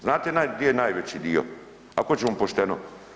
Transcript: Znate gdje je najveći dio ako ćemo pošteno?